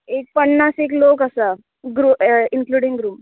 एक पन्नास एक लोक आसा ग्रू इंक्लुडींग ग्रूप